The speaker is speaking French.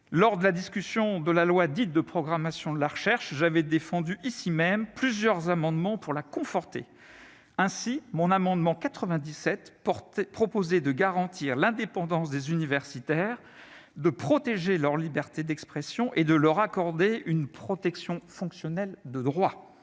lors de la discussion de la loi dite de programmation de la recherche, j'avais défendu ici même, plusieurs amendements pour la conforter ainsi mon amendement 97 portait proposé de garantir l'indépendance des universitaires de protéger leur liberté d'expression et de leur accorder une protection fonctionnelle de droit,